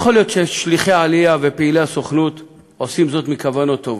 יכול להיות ששליחי העלייה ופעילי הסוכנות עושים זאת מכוונות טובות.